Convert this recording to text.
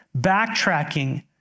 backtracking